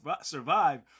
survive